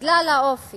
בגלל האופי